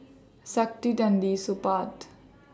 Saktiandi Supaat